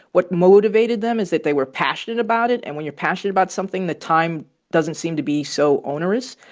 what motivated them is that they were passionate about it. and when you're passionate about something, the time doesn't seem to be so onerous.